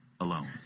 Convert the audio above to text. alone